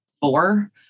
four